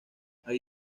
hay